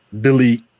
delete